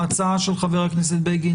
ההצעה של חבר הכנסת בגין,